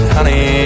Honey